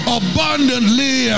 abundantly